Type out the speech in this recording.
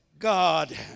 God